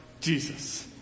Jesus